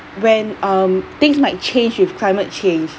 when um things might change with climate change